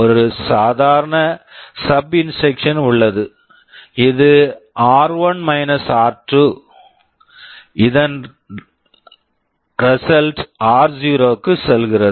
ஒரு சாதாரண SUB SUB instruction instruction உள்ளது இது ஆர்1 - ஆர்2 r1 r2 இதன் ரிசல்ட் result ஆர்0 r0 க்கு செல்கிறது